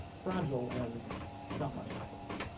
fragile, and not much happens.